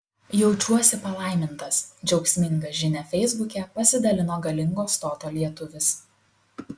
jaučiuosi palaimintas džiaugsminga žinia feisbuke pasidalino galingo stoto lietuvis